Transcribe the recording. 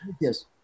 Yes